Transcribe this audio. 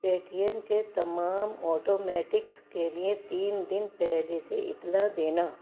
پے T M کے تمام automatics کے لیے تین دن پہلے سے اطلاع دینا